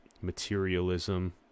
materialism